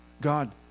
God